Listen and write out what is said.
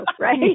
right